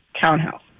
townhouse